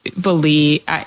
believe